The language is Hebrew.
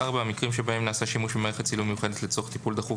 המקרים שבהם נעשה שימוש במערכת צילום מיוחדת לצורך טיפול דחוף